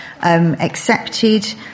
accepted